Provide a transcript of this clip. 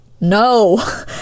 no